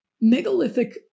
Megalithic